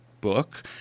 book